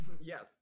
Yes